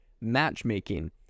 matchmaking